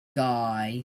guy